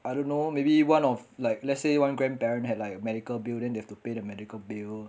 I don't know maybe one of like let's say one grandparent had like medical bill then you have to pay the medical bill